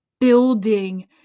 building